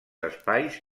espais